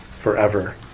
forever